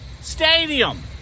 stadium